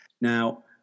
Now